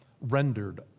rendered